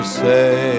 say